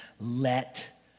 Let